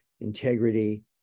integrity